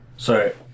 So-